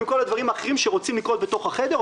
מכל הדברים האחרים שרוצים לקרות בתוך החדר,